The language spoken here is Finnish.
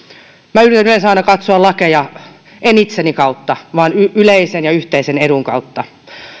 minä yritän yleensä aina katsoa lakeja en itseni kautta vaan yleisen ja yhteisen edun kautta